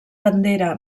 bandera